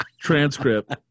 transcript